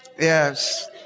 Yes